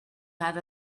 out